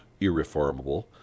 irreformable